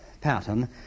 pattern